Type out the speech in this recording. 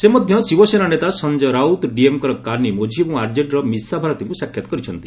ସେ ମଧ୍ୟ ଶିବସେନା ନେତା ସଂକ୍କୟ ରାଉତ ଡିଏମକେର କାନିମୋଝି ଏବଂ ଆରଜେଡିର ମିଶା ଭାରତୀଙ୍କୁ ସାକ୍ଷାତ କରିଛନ୍ତି